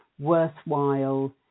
worthwhile